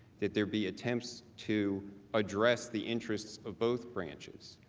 that there be attempts to address the interests of both branches.